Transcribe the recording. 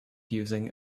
using